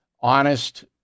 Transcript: honest